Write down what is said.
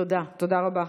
תודה רבה.